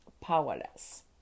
powerless